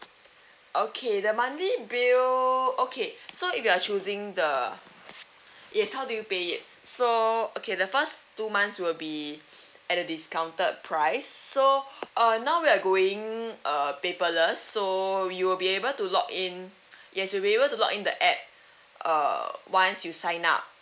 okay the monthly bill okay so if you're choosing the yes how do you pay it so okay the first two months will be at a discounted price so err now we are going err paperless so you'll be able to log in yes you will be able to log in the app uh once you sign up